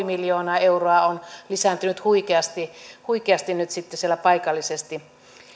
miljoonaa euroa on lisääntynyt huikeasti huikeasti nyt sitten siellä paikallisesti